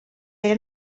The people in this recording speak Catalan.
era